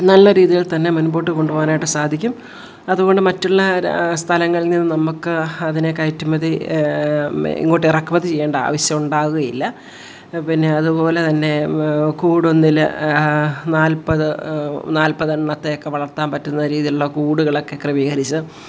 നല്ല രീതിയിൽ തന്നെ മുൻപോട്ട് കൊണ്ടുപോകാനായിട്ട് സാധിക്കും അതുകൊണ്ട് മറ്റുള്ള സ്ഥലങ്ങളിൽ നിന്ന് നമ്മൾക്ക് അതിനെ കയറ്റുമതി ഇങ്ങോട്ട് ഇറക്കുമതി ചെയ്യേണ്ട ആവശ്യം ഉണ്ടാവുകയില്ല പിന്നെ അതുപോലെ തന്നെ കൂട് ഒന്നിൽ നാല്പത് നാല്പത് എണ്ണത്തെയൊക്കെ വളർത്താൻ പറ്റുന്ന രീതിയിലുള്ള കൂടുകളൊക്കെ ക്രമീകരിച്ച്